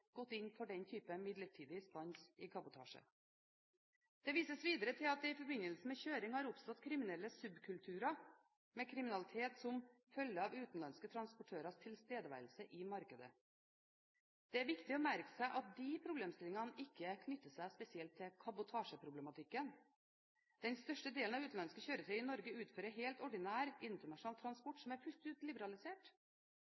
gått inn for den typen midlertidig stans i kabotasje. Det vises videre til at det i forbindelse med kjøring har oppstått kriminelle subkulturer som følge av utenlandske transportørers tilstedeværelse i markedet. Det er viktig å merke seg at de problemstillingene ikke knytter seg spesielt til kabotasjeproblematikken. Den største delen av utenlandske kjøretøyer i Norge utfører helt ordinær, internasjonal transport